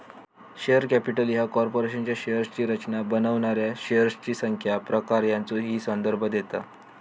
share capital ह्या कॉर्पोरेशनच्या शेअर्सची रचना बनवणाऱ्या शेअर्सची संख्या, प्रकार यांचो ही संदर्भ देता